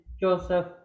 Joseph